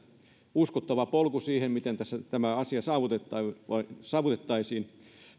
uskottava polku siihen miten tämä asia saavutettaisiin